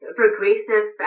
progressive